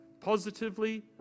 positively